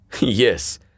Yes